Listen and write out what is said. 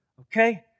Okay